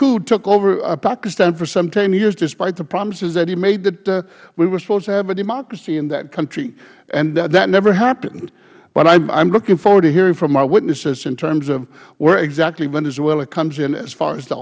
coup took over pakistan for some ten years despite the promises that he made that we were supposed to have a democracy in that country and that never happened but i am looking forward to hearing from our witnesses in terms of where exactly venezuela comes in as far as the